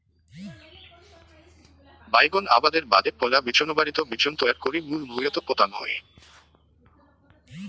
বাইগোন আবাদের বাদে পৈলা বিচোনবাড়িত বিচোন তৈয়ার করি মূল ভুঁইয়ত পোতাং হই